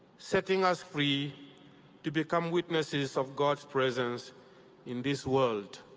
setting us free to become witnesses of god's presence in this world.